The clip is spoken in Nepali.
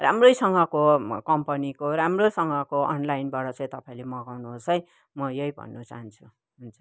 राम्रैसँगको कम्पनीको राम्रोसँगको अनलाइनबाट चाहिँ तपाईँहरूले मगाउनु होस् है म यही भन्नु चाहन्छु हुन्छ